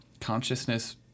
consciousness